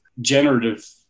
generative